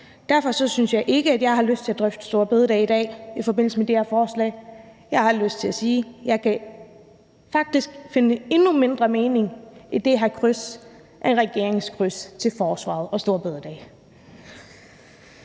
Derfor synes jeg ikke, at jeg har lyst til at drøfte store bededag i dag i forbindelse med det her forslag. Jeg har faktisk lyst til at sige, at jeg kan finde endnu mindre mening i det her kryds end regeringens kryds i forhold til forsvaret og store bededag.